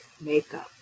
makeup